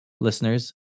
listeners